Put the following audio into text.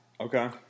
Okay